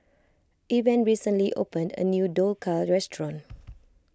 Evan recently opened a new Dhokla restaurant